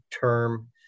term